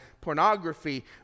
pornography